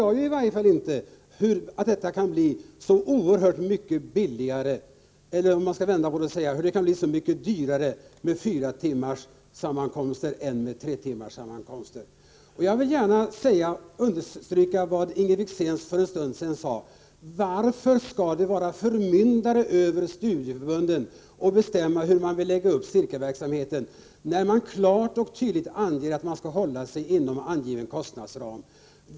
Jag inser i varje fall inte hur det skulle kunna bli så oerhört mycket dyrare med fyra timmars sammankomster än med tre timmars sammankomster. Jag vill understryka vad Inger Wickzén för en stund sedan sade: Varför skall det vara förmyndare över studieförbunden som bestämmer hur de skall lägga upp cirkelverksamheten, när man klart och tydligt anger att man skall hålla sig inom angiven kostnadsram?